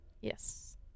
Yes